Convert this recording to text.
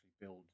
build